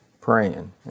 praying